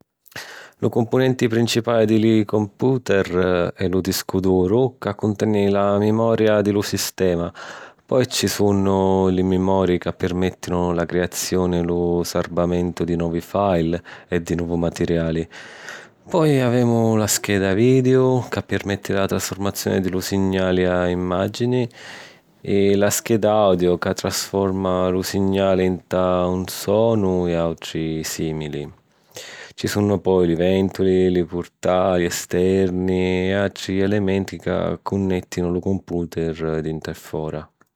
Lu cumpunenti principali di li computer è lu discu duru, ca cunteni la mimoria di lu sistema, poi ci sunnu li mimori ca pirmèttinu la criazioni e lu sarbamentu di novi file e di novu matiriali. Poi avemu la scheda vidiu, ca pirmetti la trasfurmazioni di li signali a imàgini, e la scheda audio, ca trasforma lu signali nta un sonu, e àutri sìmili. Ci sunnu poi li vèntuli, li purtali esterni e àutri elementi ca cunnèttinu lu computer dintra e fora.